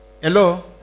hello